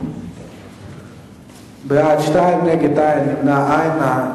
אין נגד, אין נמנעים.